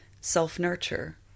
self-nurture